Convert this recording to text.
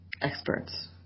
experts